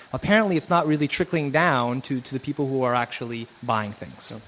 apparently, it's not really trickling down to to the people who are actually buying things.